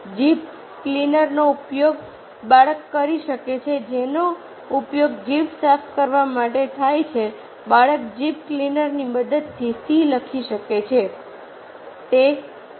જીભ ક્લીનરનો ઉપયોગ બાળક કરી શકે છે જેનો ઉપયોગ જીભ સાફ કરવા માટે થાય છે બાળક જીભ ક્લીનરની મદદથી સી લખી શકે છે